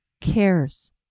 cares